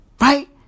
Right